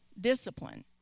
discipline